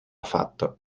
fatto